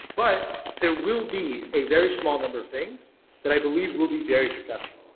but there will be a very small number of things that i believe will be very successful.